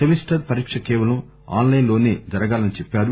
semester పరీక్ష కేవలం online లోసే జరగాలని చెప్పారు